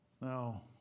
Now